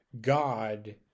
God